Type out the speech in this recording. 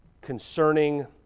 concerning